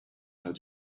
how